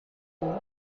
vous